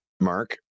Mark